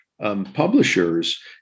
Publishers